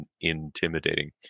intimidating